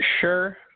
Sure